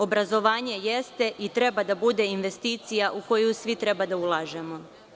Obrazovanje jeste i treba da bude investicija u koju svi treba da ulažemo.